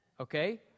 Okay